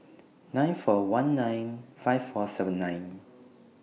nine four one nine five four seven nine